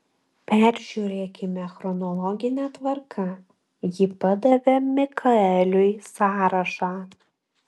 peržiūrėkime chronologine tvarka ji padavė mikaeliui sąrašą